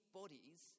bodies